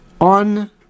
on